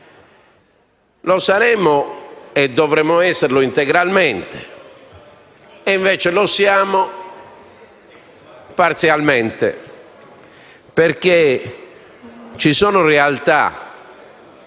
Lo saremmo e dovremmo esserlo integralmente e invece lo siamo parzialmente, perché realtà